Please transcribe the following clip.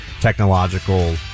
technological